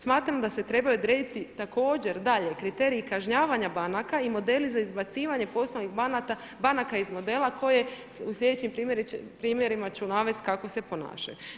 Smatram da se trebaju odrediti također dalje kriteriji kažnjavanja banaka i modeli za izbacivanje poslovnih banaka iz modela koje u sljedećim primjerima ću navesti kako se ponašaju.